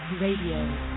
Radio